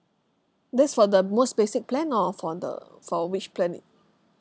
that's for the most basic plan or for the for which plan i~